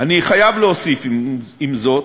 אני חייב להוסיף, עם זאת,